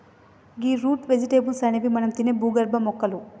గీ root vegetables అనేవి మనం తినే భూగర్భ మొక్కలు